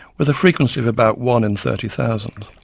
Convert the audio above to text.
with a frequency of about one in thirty thousand.